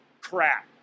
crap